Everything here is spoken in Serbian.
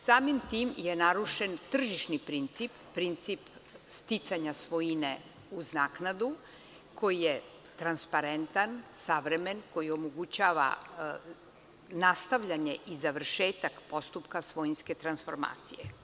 Samim tim je narušen tržišni princip, princip sticanja svojine uz naknadu, koji je transparentan, savremen, koji omogućava nastavljanje i završetak postupka svojinske transformacije.